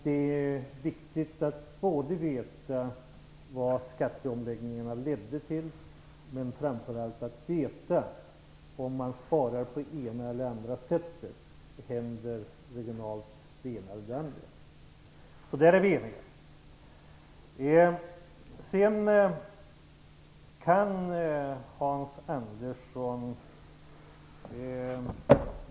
Det är viktigt att veta vad skatteomläggningarna ledde till, men framför allt att veta om man sparar på det ena eller det andra sättet. Där är vi eniga.